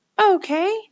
Okay